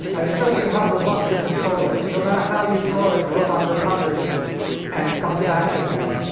and it shows you how robust the control is. no matter how you throw it, the robot recovers and comes back to him.